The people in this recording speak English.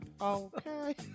Okay